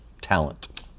talent